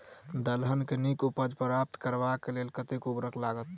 दलहन केँ नीक उपज प्राप्त करबाक लेल कतेक उर्वरक लागत?